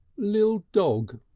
lill dog,